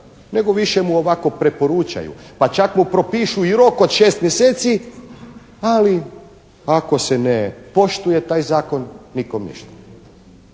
nego više mu ovako preporučaju, pa čak mu propišu i rok od šest mjeseci ali ako se ne poštuje taj zakon nikom ništa.